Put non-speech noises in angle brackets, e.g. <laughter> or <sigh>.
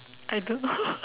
I don't know <laughs>